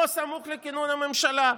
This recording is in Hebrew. או סמוך לכינון הממשלה,